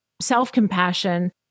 self-compassion